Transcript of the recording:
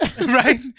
Right